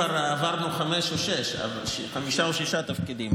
כבר עברנו חמישה או שישה תפקידים,